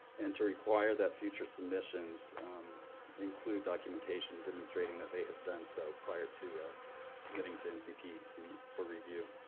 and to require that future submissions include documentation demonstrating that they have done so prior to submitting to ncpc for review.